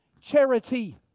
charity